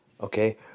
Okay